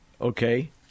okay